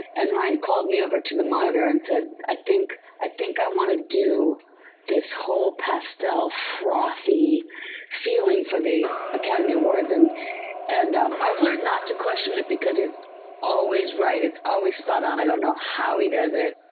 and ryan called me over to the monitor and said i think i think i want to do this whole pastel frothy feeling for the academy awards. and and i've learned not to question it because he's always right. it's always spot on. i don't know how he does it.